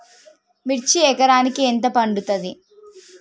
మిర్చి ఎకరానికి ఎంత పండుతది?